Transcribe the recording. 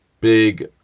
big